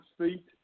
feet